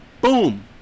Boom